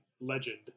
legend